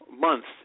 months